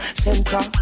center